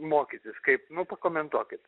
mokytis kaip nu pakomentuokit